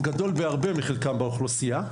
גדול בהרבה מחלקם באוכלוסייה,